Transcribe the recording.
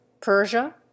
Persia